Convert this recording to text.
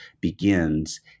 begins